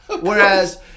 Whereas